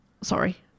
Sorry